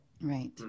Right